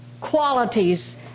qualities